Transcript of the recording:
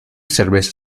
cerveza